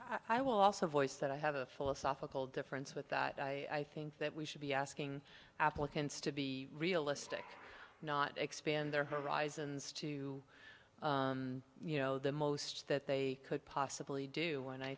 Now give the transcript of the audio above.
shannon i will also voice that i have a philosophical difference with that i think that we should be asking applicants to be realistic not expand their horizons to you know the most that they could possibly do and i